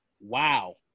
wow